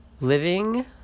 Living